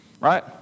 right